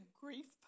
grief